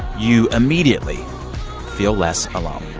you immediately feel less alone